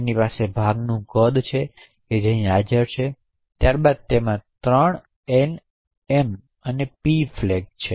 તેની પાસે ભાગનું કદ છે જે અહીં હાજર છે અને ત્યારબાદ તેમાં 3 એન એમ અને પી ફ્લેગ છે